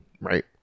right